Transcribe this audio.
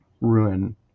ruin